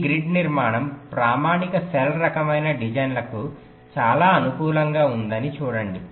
ఈ గ్రిడ్ నిర్మాణం ప్రామాణిక సెల్ రకమైన డిజైన్లకు చాలా అనుకూలంగా ఉందని చూడండి